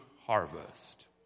harvest